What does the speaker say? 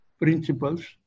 principles